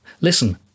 Listen